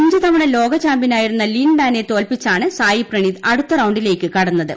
അഞ്ച് തവണ ലോകചാമ്പ്യനായിരുന്ന ലിൻ ഡാനെ തോൽപിച്ചാണ് സായി പ്രണീത് അടുത്ത റൌണ്ടിലേയ്ക്ക് കടന്നത്